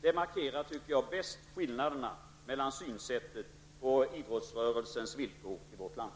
Detta markerar bäst skillnaderna i synsättet på idrottsrörelsens villkor i vårt land.